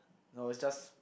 no it's just